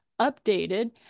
updated